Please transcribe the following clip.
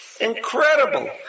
incredible